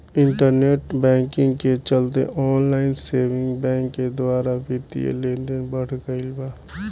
internet banking के चलते online saving bank के द्वारा बित्तीय लेनदेन बढ़ गईल बा